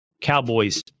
cowboys